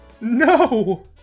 No